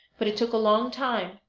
but it took a long time,